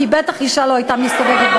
כי בטח אישה לא הייתה מסתובבת,